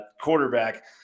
quarterback